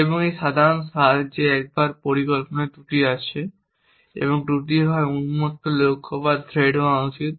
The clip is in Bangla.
এবং এই সাধারণ স্বাদ যে একবার আমার পরিকল্পনায় ত্রুটি আছে এবং ত্রুটিটি হয় উন্মুক্ত লক্ষ্য বা থ্রেড হওয়া উচিত